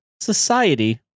society